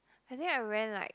I think I ran like